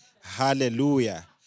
hallelujah